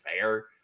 fair